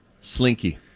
Slinky